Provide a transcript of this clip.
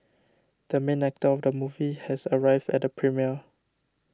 the main actor of the movie has arrived at the premiere